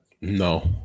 No